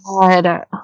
god